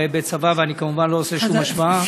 ואני כמובן לא עושה שום השוואה,